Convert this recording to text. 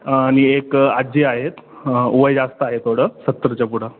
आणि एक आजी आहेत वय जास्त आहे थोडं सत्तरच्या पुढं